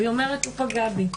והיא אומרת: הוא פגע בי.